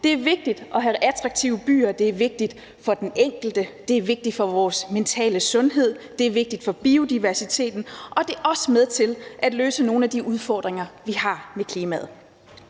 Det er vigtigt at have attraktive byer. Det er vigtigt for den enkelte, det er vigtigt for vores mentale sundhed, det er vigtigt for biodiversiteten, og det er også med til at løse nogle af de udfordringer, vi har med klimaet.